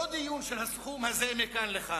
לא דיון של הסכום הזה מכאן לכאן,